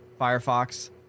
Firefox